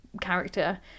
character